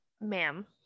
ma'am